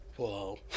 whoa